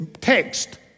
text